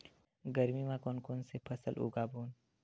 गरमी मा कोन कौन से फसल उगाबोन?